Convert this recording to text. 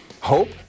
hope